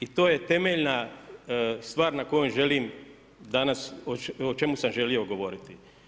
i to je temeljna stvar na koju želim danas, o čemu sam želio govoriti.